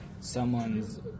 someone's